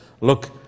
Look